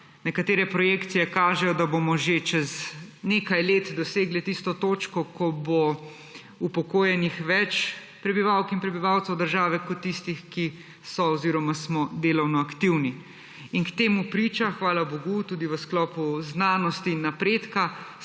Nekatere projekcije kažejo, da bomo že čez nekaj let dosegli tisto točko, ko bo upokojenih več prebivalk in prebivalcev države kot tistih, ki so oziroma smo delovno aktivni. To priča, hvala bogu, tudi v sklopu znanosti in napredka,